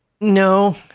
No